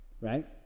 Right